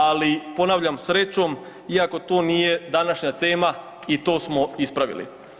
Ali ponavljam, srećom iako to nije današnja tema i to smo ispravili.